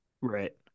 Right